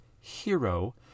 Hero